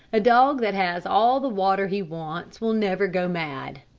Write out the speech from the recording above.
a dog that has all the water he wants, will never go mad.